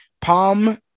Palm